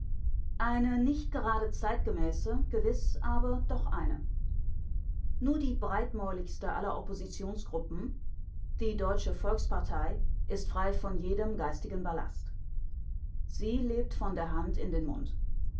eine nicht gerade zeitgemäße gewiß aber doch eine nur die breitmäuligste aller oppositionsgruppen die deutsche volkspartei ist frei von jedem geistigen ballast sie lebt von der hand in den mund